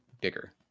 bigger